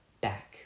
back